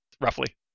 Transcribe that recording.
roughly